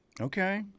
Okay